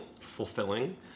fulfilling